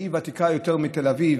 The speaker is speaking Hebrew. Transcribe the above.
היא ותיקה יותר מתל אביב.